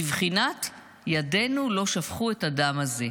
בבחינת 'ידינו לא שפכו את הדם הזה'".